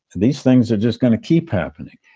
these things are just going to keep happening.